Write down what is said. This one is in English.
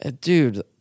Dude